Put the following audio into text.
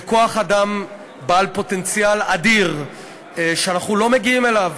זה כוח-אדם בעל פוטנציאל אדיר שאנחנו לא מגיעים אליו.